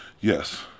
Yes